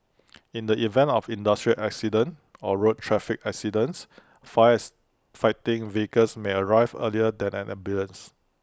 in the event of industrial accidents or road traffic accidents fires fighting vehicles may arrive earlier than an ambulance